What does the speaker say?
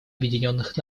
объединенных